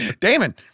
Damon